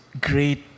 great